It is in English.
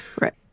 Right